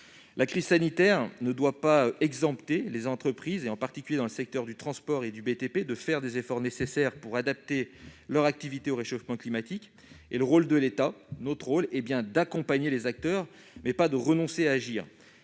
La crise sanitaire ne doit pas exempter les entreprises, en particulier dans les secteurs du transport et du BTP, de faire les efforts nécessaires pour adapter leurs activités au réchauffement climatique. Le rôle de l'État et notre rôle sont bien d'accompagner les acteurs, mais pas de renoncer à agir.